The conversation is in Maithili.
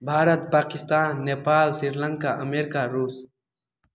भारत पाकिस्तान नेपाल श्रीलङ्का अमेरिका रूस